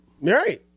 right